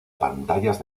pantallas